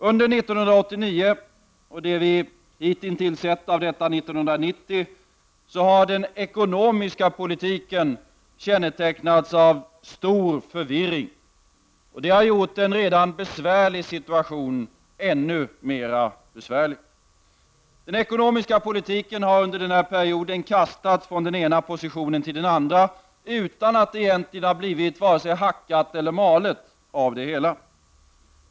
Under 1989 och det vi hitintills sett av 1990 har den ekonomiska politiken kännetecknats av stor förvirring. Det har gjort en redan besvärlig situation än mer besvärlig. Den ekonomiska politiken har under denna period kastats från den ena positionen till den andra utan att det egentligen har blivit vare sig hackat eller malet av det hela.